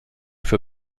für